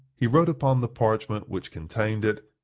he wrote upon the parchment which contained it,